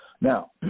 Now